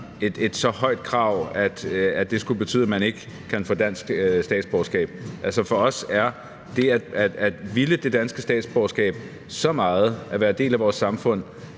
et så højt krav, at det skulle betyde, at man ikke kan få dansk statsborgerskab. Altså, for os er det at ville det danske statsborgerskab så meget og det at have så